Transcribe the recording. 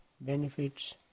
benefits